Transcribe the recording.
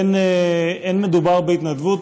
אין מדובר בהתנדבות,